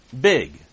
big